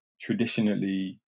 traditionally